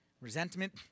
Resentment